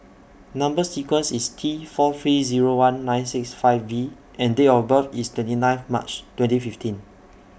Number sequence IS T four three Zero one nine six five V and Date of birth IS twenty nine March twenty fifteen